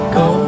go